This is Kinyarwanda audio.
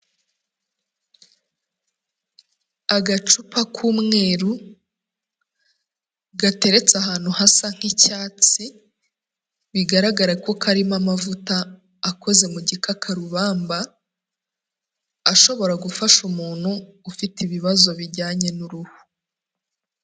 Agacupa k'umweru gateretse ahantu hasa nk'icyatsi, bigaragara ko karimo amavuta akoze mu gikakarubamba, ashobora gufasha umuntu ufite ibibazo bijyanye n'uruhu.